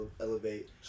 elevate